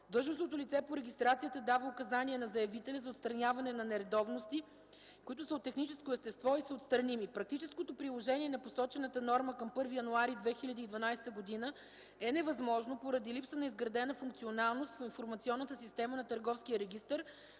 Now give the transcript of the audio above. длъжностното лице по регистрацията дава указания на заявителя за отстраняване на нередовности, които са от техническо естество и са отстраними. Практическото приложение на посочената норма към 1 януари 2012 г. е невъзможно поради липса на изградена функционалност в информационната система на търговския регистър,